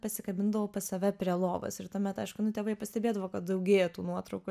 pasikabindavau pas save prie lovos ir tuomet aišku nu tėvai pastebėdavo kad daugėja tų nuotraukų